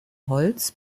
holz